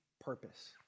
purpose